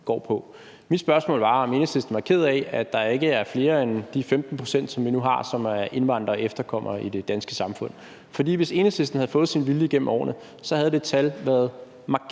går på. Mit spørgsmål var, om Enhedslisten var ked af, at der ikke er flere end de 15 pct., som vi nu har, som er indvandrere og efterkommere i det danske samfund. For hvis Enhedslisten havde fået sin vilje igennem årene, så havde det tal været markant